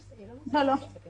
לא, זה לא.